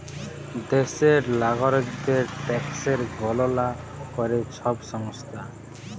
দ্যাশের লাগরিকদের ট্যাকসের গললা ক্যরে ছব সংস্থা